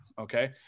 Okay